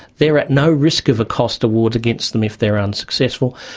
they are at no risk of a cost awards against them if they are unsuccessful,